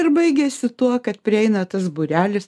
ir baigėsi tuo kad prieina tas būrelis